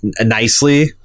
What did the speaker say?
nicely